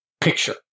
picture